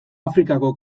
afrikako